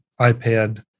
iPad